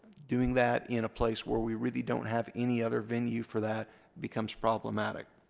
doing that in a place where we really don't have any other venue for that becomes problematic.